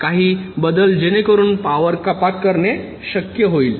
काही बदल जेणेकरून पॉवर कपात शक्य होईल